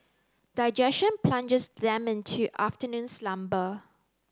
digestion plunges them into afternoon slumber